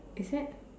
is it